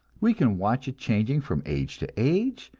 we can watch it changing from age to age,